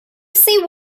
see